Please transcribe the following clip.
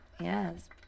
yes